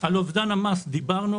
על אובדן המס דיברנו.